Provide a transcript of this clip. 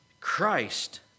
Christ